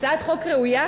זו הצעת חוק ראויה,